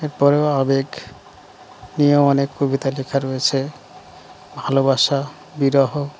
এরপরেও আবেগ নিয়েও অনেক কবিতা লেখা রয়েছে ভালোবাসা বিরহ